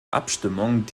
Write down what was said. abstimmung